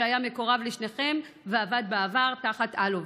שהיה מקורב לשניכם ועבד בעבר תחת אלוביץ'